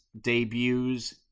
debuts